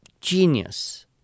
genius